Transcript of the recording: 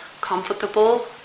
comfortable